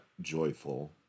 joyful